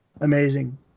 amazing